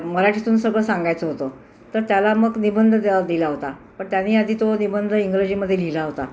मराठीतून सगळं सांगायचं होतं तर त्याला मग निबंध द दिला होता पण त्यानी आधी तो निबंध इंग्रजीमध्ये लिहिला होता